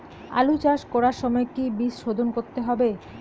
আলু চাষ করার সময় কি বীজ শোধন করতে হবে?